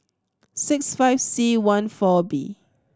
six five C one four B